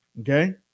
Okay